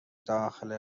داخل